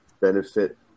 benefit